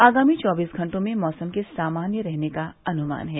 आगामी चौबीस घंटों में मौसम के सामान्य रहने का अनुमान है